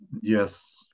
yes